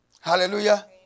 Hallelujah